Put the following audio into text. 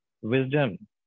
wisdom